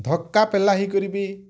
ଧକ୍କା ପେଲା ହେଇକରି ବି